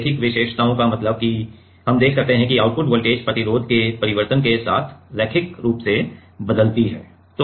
रैखिक विशेषताओं का मतलब है कि हम देख सकते हैं कि आउटपुट वोल्टेज प्रतिरोध में परिवर्तन के साथ रैखिक रूप से बदलती है